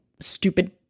stupid